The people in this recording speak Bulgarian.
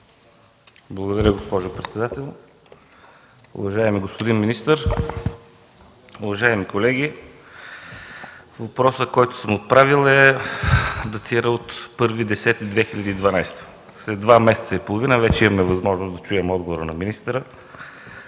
Благодаря, госпожо председател. Уважаеми господин министър, уважаеми колеги! Въпросът, който съм отправил, датира от 1 октомври 2012 г. След два месеца и половина вече имаме възможност да чуем отговора на министъра,